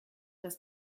dass